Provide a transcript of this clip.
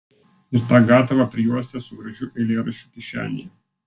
ir tą gatavą prijuostę su gražiu eilėraščiu kišenėje